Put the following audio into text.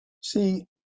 See